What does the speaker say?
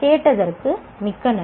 கேட்டதற்கு மிக்க நன்றி